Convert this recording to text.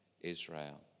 Israel